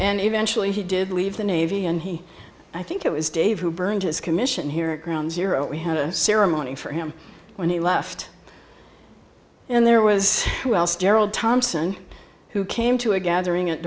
and eventually he did leave the navy and he i think it was dave who burned his commission here at ground zero we had a ceremony for him when he left and there was gerald thompson who came to a gathering